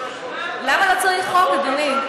למה לא צריך חוק, אדוני?